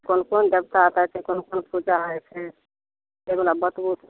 कोन कोन देबता ओतऽ छै कोन कोन पूजा होइ छै से बला बतबू